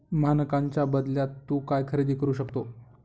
मानकांच्या बदल्यात तू काय खरेदी करू शकतो?